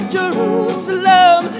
Jerusalem